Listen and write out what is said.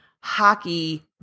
hockey